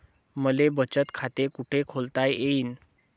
मले बचत खाते कुठ खोलता येईन?